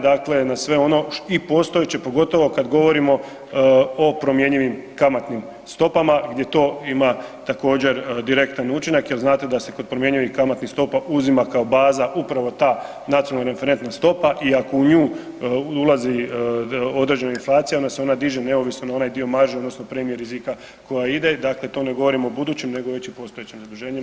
Dakle na sve ono i postojeće, pogotovo kad govorimo o promjenjivim kamatnim stopama gdje to ima također, direktan učinak jer znate da se kod promjenjivih kamatnih stopa uzima kao baza upravo ta nacionalna referentna stopa i ako u nju ulazi određena inflacija, onda se ona diže neovisno na onaj dio marže odnosno premije rizika koja ide, dakle to ne govorim o budućim nego već i postojećim ... zato to je tema.